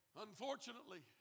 Unfortunately